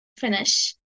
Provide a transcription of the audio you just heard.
finish